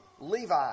Levi